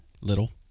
little